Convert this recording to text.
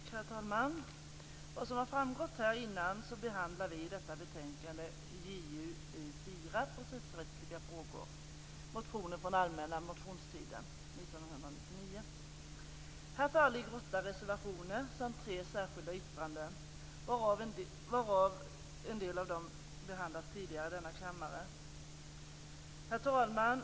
Herr talman! Som har framgått tidigare behandlar vi i detta betänkande, JuU4 Processrättsliga frågor, motioner från den allmänna motionstiden 1999. Det föreligger åtta reservationer samt tre särskilda yttranden. En del av dem har behandlats tidigare i denna kammare. Herr talman!